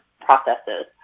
processes